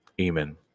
Amen